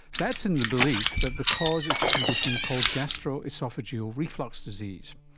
that's in the belief that the cause is a condition called gastroesophageal reflux disease.